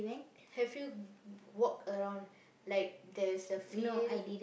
have you walked around like there's a field